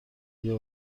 بیا